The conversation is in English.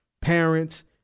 parents